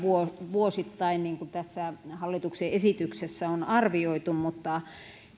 vuosittain niin kuin tässä hallituksen esityksessä on arvioitu mutta